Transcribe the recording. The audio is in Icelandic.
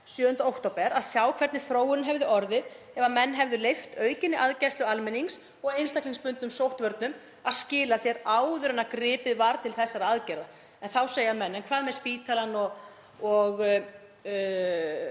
7. október að sjá hvernig þróunin hefði orðið ef menn hefðu leyft aukinni aðgæslu almennings og einstaklingsbundnum sóttvörnum að skila sér áður en gripið var til þessara aðgerða. En þá segja menn: En hvað með spítalann og